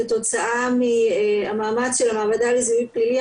כתוצאה מהמאמץ של המעבדה לזיהוי פלילי,